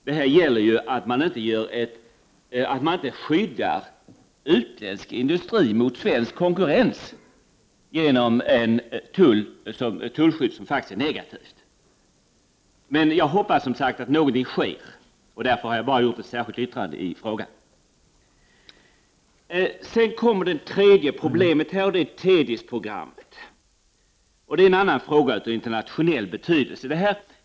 Det gäller att man inte skyddar utländsk industri mot svensk konkurrens genom ett tullskydd som är negativt. Men jag hoppas som sagt att någonting sker. Därför har jag bara avlämnat ett särskilt yttrande i den frågan. Sedan kommer det tredje problemet, och det är TEDIS-programmet. Det är en fråga av internationell betydelse.